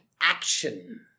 action